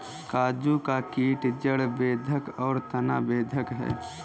काजू का कीट जड़ बेधक और तना बेधक है